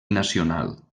nacional